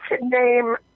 name